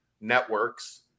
networks